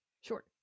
sure